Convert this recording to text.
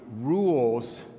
rules